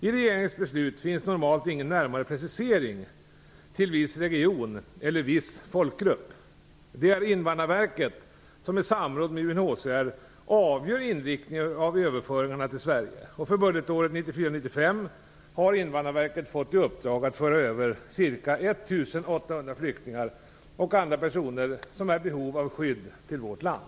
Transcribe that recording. I regeringens beslut finns normalt ingen närmare precisering till viss region eller viss folkgrupp. Det är Invandrarverket som i samråd med UNHCR avgör inriktningen av överföringarna till Sverige. För budgetåret 1994/95 har Invandrarverket fått i uppdrag att föra över ca 1 800 flyktingar och andra personer i behov av skydd till vårt land.